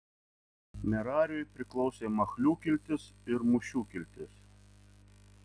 merariui priklausė machlių kiltis ir mušių kiltis